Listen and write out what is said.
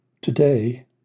Today